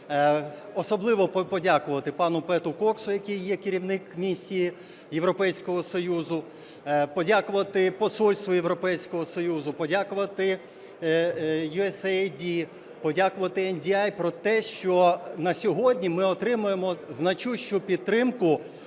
Особливо подякувати пану Пету Коксу, який є керівником Місії Європейського Союзу, подякувати Посольству Європейського Союзу, подякувати USAID, подякувати NDI про те, що на сьогодні ми отримуємо значущу підтримку